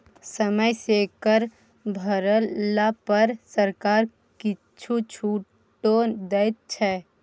समय सँ कर भरला पर सरकार किछु छूटो दै छै